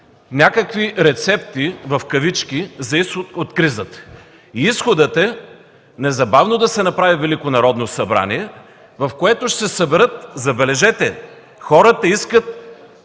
някакви „рецепти” за изход от кризата. Изходът е незабавно да се направи Велико Народно събрание, в което ще се съберат, забележете, част от хората искат